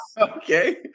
okay